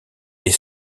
des